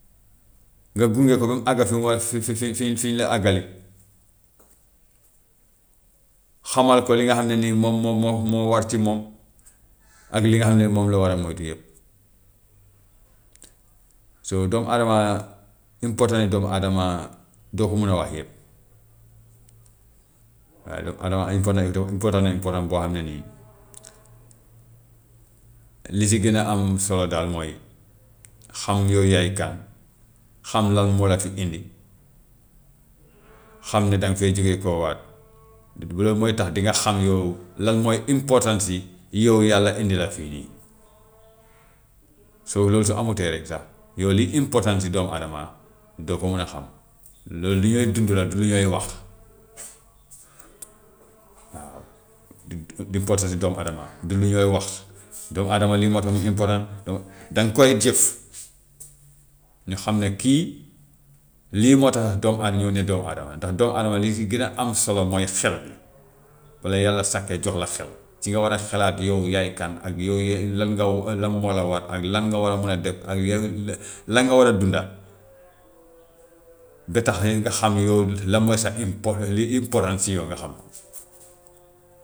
Nga gunge ko ba mu àgg fi mu war a fi fi fi fi fi ñu la àggal, xamal ko li nga xam ne nii moom moo moo moo war ci moom, ak li nga xam ne moom la war a moytu yëpp. So doomu adama important doomu adama doo ko mun a wax yëpp, waaye doomu adama important na important na important boo xam ne nii li si gën a am solo daal mooy xam yow yaay kan, xam lan moo la fi indi xam ni danga fiy jógeekoowaat du loolu mooy tax dinga xam yow lan mooy important si yow yàlla indi la fii nii. So loolu su amutee rek sax yow li important si doomu adama doo ko mun a xam, loolu lu ñooy dund la du lu ñooy wax waaw importance doomu adama du lu ñooy wax, doomu adama lii moo tax mu important, dang danga koy jëf ñu xam ne kii lii moo tax doomu adama mu ne doomu adama la, ndax doomu adama li si gën a am solo mooy xel mi, bu la yàlla sakkee jox la xel ci nga war a xalaat yow yaay kan, ak yow ye lan nga lan moo la war ak lan nga war a mun a def ak yan lan nga war a dunda ba tax nga xam yow lan mooy sa import li important si yow nga xam ko.